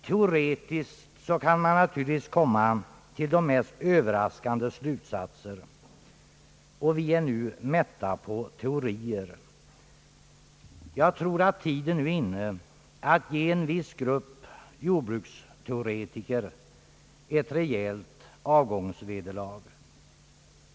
Teoretiskt kan man naturligtvis komma till de mest överraskande slutsatser, och vi är nu mätta på teorier. Jag tror att tiden nu är inne att ge en viss grupp jordbruksteoretiker ett rejält avgångsvederlag.